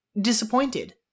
disappointed